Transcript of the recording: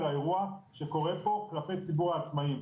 האירוע שקורה פה כלפי ציבור העצמאים.